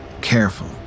careful